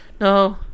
no